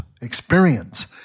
experience